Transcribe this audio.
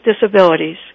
disabilities